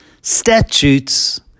statutes